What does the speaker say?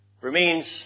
remains